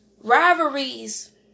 rivalries